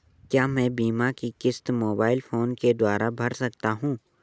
क्या मैं बीमा की किश्त मोबाइल फोन के द्वारा भर सकता हूं?